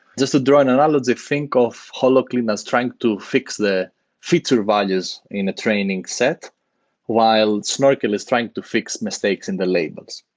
just to draw an analogy think of holoclean as trying to fix the feature values in a training set while snorkel is trying to fix mistakes in the labels,